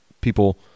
people